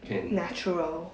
natural